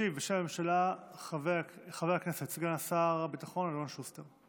ישיב בשם הממשלה חבר הכנסת וסגן שר הביטחון אלון שוסטר.